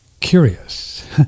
curious